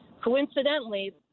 Coincidentally